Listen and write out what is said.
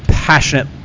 Passionate